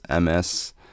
MS